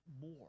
more